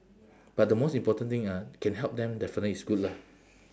but the most important thing ah can help them definitely it's good lah